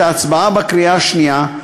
בעת ההצבעה בקריאה השנייה,